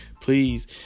please